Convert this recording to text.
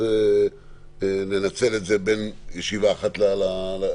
אז ננצל את זה בין ישיבה אחת לשנייה.